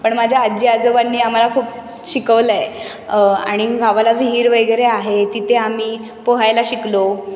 पण माझ्या आजी आजोबांनी आम्हाला खूप शिकवलं आहे आणि गावाला विहीर वगैरे आहे तिथे आम्ही पोहायला शिकलो